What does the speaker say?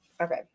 okay